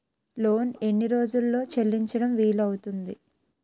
Loan ఎన్ని రోజుల్లో చెల్లించడం వీలు అవుతుంది?